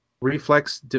reflex